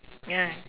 yeah